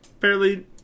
fairly